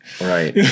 Right